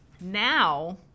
Now